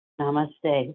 namaste